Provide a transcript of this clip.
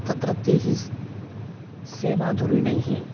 तत्रत्यैः सः सेवाधुरीणैः